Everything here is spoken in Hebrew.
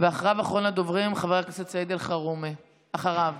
ואחריו, אחרון